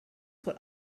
what